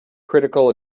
critical